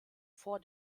vor